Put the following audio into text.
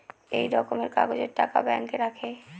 একই রকমের কাগজের টাকা ব্যাঙ্কে রাখে